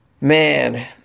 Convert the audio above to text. Man